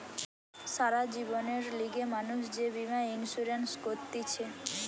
সারা জীবনের লিগে মানুষ যে বীমা ইন্সুরেন্স করতিছে